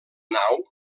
nau